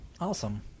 awesome